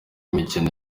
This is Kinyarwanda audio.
mukino